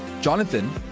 Jonathan